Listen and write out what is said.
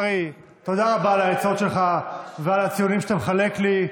תודה רבה על העצות שלך ועל הציונים שאתה מחלק לי.